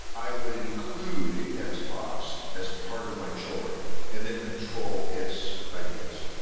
i would include a text box as part of my children and then control its ideas.